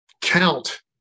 count